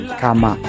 kama